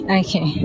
okay